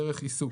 דרך עיסוק,